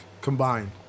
combined